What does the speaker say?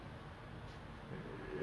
oh my god